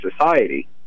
society